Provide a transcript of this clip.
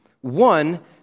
One